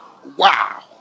Wow